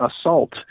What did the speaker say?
assault